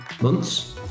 months